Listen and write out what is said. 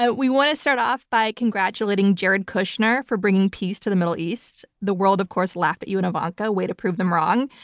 yeah we want to start off by congratulating jared kushner for bringing peace to the middle east. the world of course laughed at you and ivanka. way to prove them wrong.